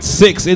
six